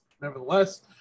nevertheless